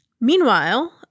Meanwhile